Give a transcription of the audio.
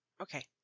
Okay